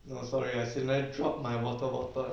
no lah sorry ah drop my water bottle